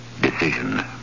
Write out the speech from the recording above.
decision